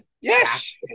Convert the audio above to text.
Yes